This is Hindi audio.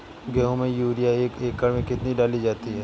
गेहूँ में यूरिया एक एकड़ में कितनी डाली जाती है?